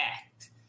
act